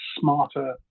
smarter